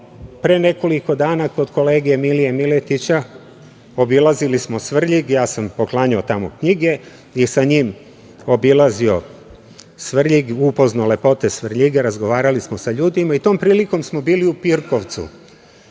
pre nekoliko dana kod kolege Milije Miletića, obilazili smo Svrljig, ja sam poklanjao tamo knjige i sa njim obilazio Svrljig, upoznao lepote Svrljiga, razgovarali smo sa ljudima i tom prilikom smo bili u Pirkovcu.